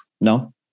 no